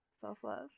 Self-love